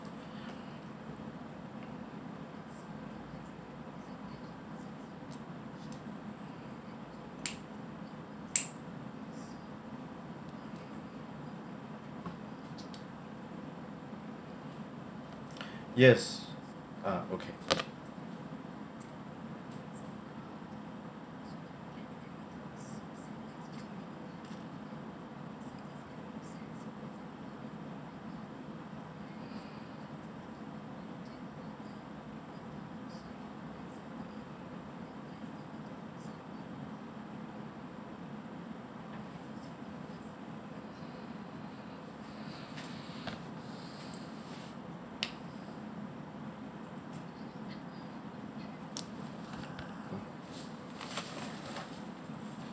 yes ah okay